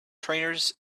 trainers